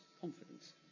confidence